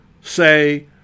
say